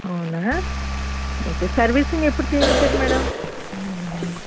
అవునా okay servicing ఎప్పుడు చేయించారు మ్యాడమ్